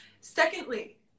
Secondly